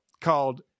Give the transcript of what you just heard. called